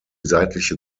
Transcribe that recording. seitliche